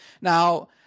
Now